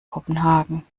kopenhagen